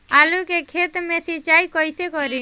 आलू के खेत मे सिचाई कइसे करीं?